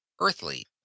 earthly